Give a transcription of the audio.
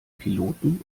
piloten